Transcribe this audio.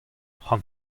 cʼhoant